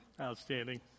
Outstanding